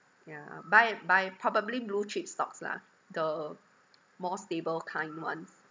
yeah buy and buy probably blue chip stocks lah the more stable kind ones